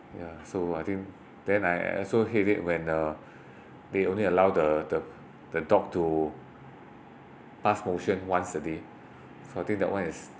ya so I think then I also headache when uh they only allow the the the dog to pass motion once a day so I think that one is